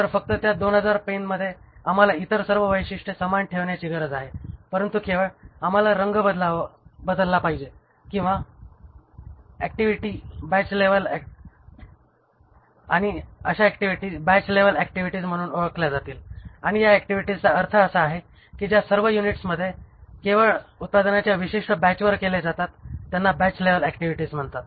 तर फक्त त्या 2000 पेनमध्ये आम्हाला इतर सर्व वैशिष्ट्ये समान ठेवण्याची गरज आहे परंतु केवळ आम्हाला बाहेरील रंग बदलला पाहिजे आणि अशा क्रिया बॅच लेवल ऍक्टिव्हिटीज म्हणून ओळखल्या जातील आणि या ऍक्टिव्हिटीजचा अर्थ असा आहे की ज्या सर्व युनिट्समध्ये केवळ उत्पादनाच्या विशिष्ट बॅचवर केले जातात त्यांना बॅच लेवल ऍक्टिव्हिटीज म्हणतात